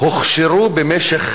הוכשרו במשך